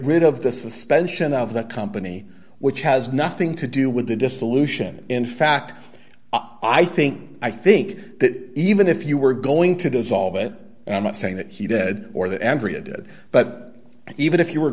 rid of the suspension of the company which has nothing to do with the dissolution in fact i think i think that even if you were going to dissolve it i'm not saying that he did or that andrea did but even if you were